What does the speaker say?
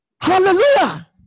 Hallelujah